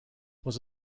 was